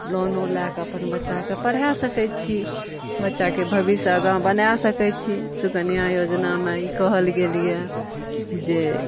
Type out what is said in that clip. लोनो लए कए अपन बच्चाके पढ़ा सकैत छी बच्चाके भबिष्य आगाँ बना सकैत छी शुकन्या योजनामे ई कहल गेल अछि जे